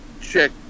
check